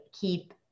keep